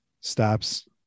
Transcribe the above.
stops